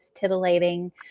titillating